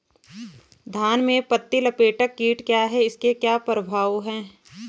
धान में पत्ती लपेटक कीट क्या है इसके क्या प्रभाव हैं?